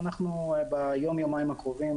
ואנחנו ביום-יומיים הקרובים